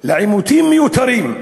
לעימותים מיותרים,